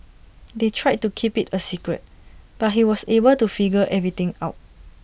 they tried to keep IT A secret but he was able to figure everything out